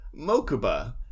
mokuba